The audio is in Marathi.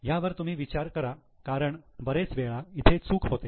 यावर तुम्ही विचार करा कारण बरेच वेळा इथे चूक होते